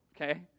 okay